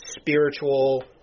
spiritual